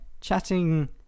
chatting